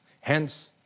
Hence